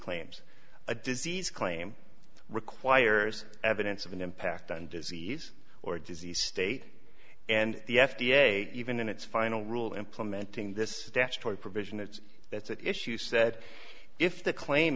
claims a disease claim requires evidence of an impact on disease or disease state and the f d a even in its final rule implementing this provision it's that's at issue said if the claim